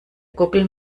gockel